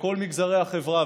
בכל מגזרי החברה,